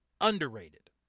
underrated